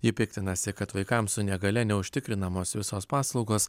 ji piktinasi kad vaikams su negalia neužtikrinamos visos paslaugos